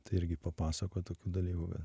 tai irgi papasakoja tokių dalykų kad